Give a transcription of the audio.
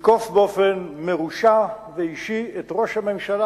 לתקוף באופן מרושע ואישי את ראש הממשלה,